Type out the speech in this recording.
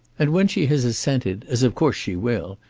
and when she has assented, as of course she will,